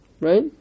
Right